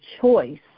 choice